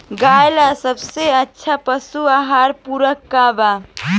गाय ला सबसे अच्छा पशु आहार पूरक का बा?